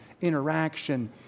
interaction